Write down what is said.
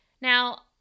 Now